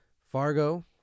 Fargo